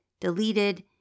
deleted